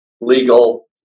legal